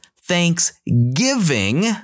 thanksgiving